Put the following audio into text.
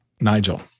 Nigel